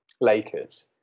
Lakers